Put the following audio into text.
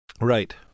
Right